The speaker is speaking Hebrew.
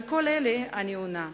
על כל אלה אני עונה: